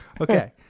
Okay